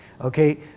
Okay